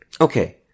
Okay